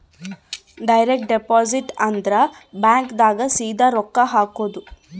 direct deposit ಅಂದ್ರ bank ದಾಗ ಸೀದಾ ರೊಕ್ಕ ಹಾಕೋದು